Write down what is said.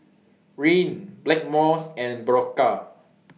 Rene Blackmores and Berocca